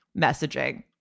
messaging